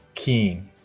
keen